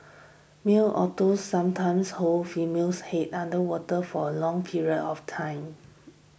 male otters sometimes hold female's head under water for a long period of time